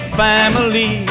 family